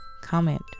comment